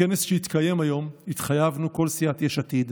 בכנס שהתקיים היום התחייבנו, כל סיעת יש עתיד,